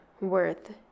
worth